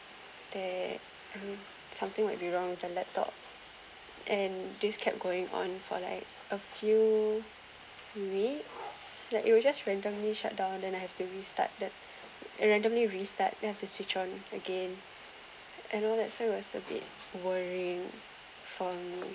that something might be wrong with the laptop and this kept going on for like a few weeks like it will just randomly shutdown then I have to restart that it randomly restart then I have to switch on again and all that stuff was a bit worrying for me